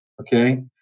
okay